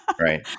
Right